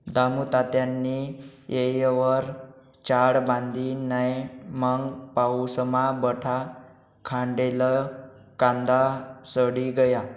दामुतात्यानी येयवर चाळ बांधी नै मंग पाऊसमा बठा खांडेल कांदा सडी गया